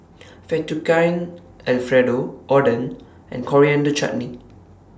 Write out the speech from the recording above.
Fettuccine Alfredo Oden and Coriander Chutney